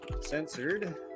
censored